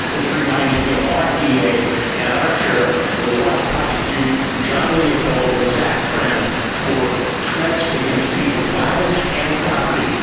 this reminds me of our da and our sheriff will will not prosecute john leopold and zach friend for threats against people, violence, and property,